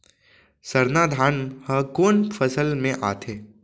सरना धान ह कोन फसल में आथे?